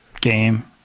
game